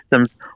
systems